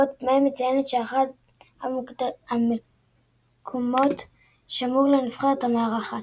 והאות מ מציינת שאחד המקומות שמור לנבחרת המארחת.